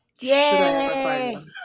Yay